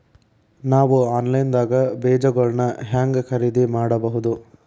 ನಾವು ಆನ್ಲೈನ್ ದಾಗ ಬೇಜಗೊಳ್ನ ಹ್ಯಾಂಗ್ ಖರೇದಿ ಮಾಡಬಹುದು?